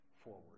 forward